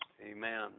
Amen